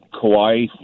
Kauai